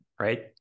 right